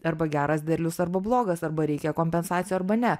arba geras derlius arba blogas arba reikia kompensacijų arba ne